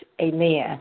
amen